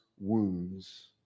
wounds